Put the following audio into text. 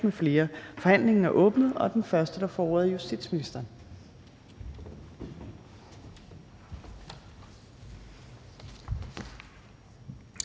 Torp): Forhandlingen er åbnet, og den første, der får ordet, er justitsministeren.